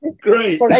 Great